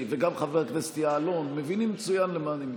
וגם חבר הכנסת יעלון מבינים מצוין למה אני מתכוון.